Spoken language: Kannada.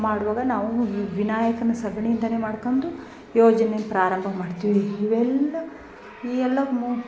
ಮಾಡುವಾಗ ನಾವು ವಿನಾಯಕನ ಸಗಣಿ ಇಂದಾನೇ ಮಾಡ್ಕೊಂಡು ಯೋಜನೆ ಪ್ರಾರಂಭ ಮಾಡ್ತೀವಿ ಇವೆಲ್ಲಾ ಈ ಎಲ್ಲ